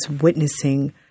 witnessing